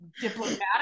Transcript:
diplomatic